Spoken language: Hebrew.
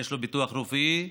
יש לו ביטוח רפואי,